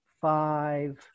five